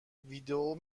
ویدئو